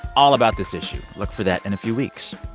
all about this issue. look for that in a few weeks.